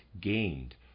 gained